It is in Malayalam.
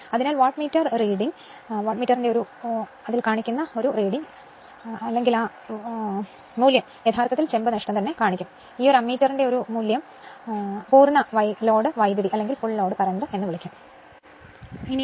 അതിനാൽ വാട്ട്മീറ്റർ വായന യഥാർത്ഥത്തിൽ ചെമ്പ് നഷ്ടം നൽകും ഈ അമ്മീറ്റർ വായന പൂർണ്ണ ലോഡ് കറന്റ് എന്ന് വിളിക്കും